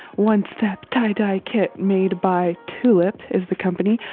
one step tie-dye kit made by tulip is the company.